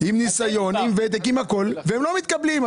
עם ניסיון ועם ותק ועם הכול והם לא מתקבלים.